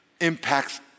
impacts